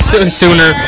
Sooner